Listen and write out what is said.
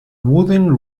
wooden